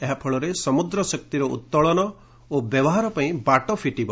ଏହା ଫଳରେ ସମୁଦ୍ର ଶକ୍ତିର ଉତ୍ତୋଳନ ଏବଂ ବ୍ୟବହାର ପାଇଁ ବାଟ ଫିଟିବ